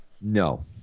No